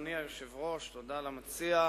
אדוני היושב-ראש, תודה למציע.